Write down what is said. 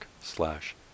slash